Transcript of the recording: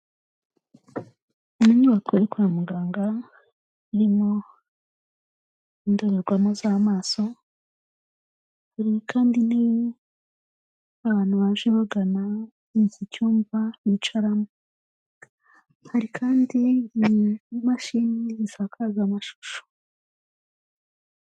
Inyubako yo kwa muganga irimo indorerwamo z'amaso, hari kandi n'abantu baje bagana iki cyumba bicaramo, hari kandi n'imashini zisakaza amashusho.